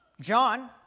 John